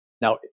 Now